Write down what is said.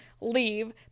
Leave